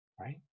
right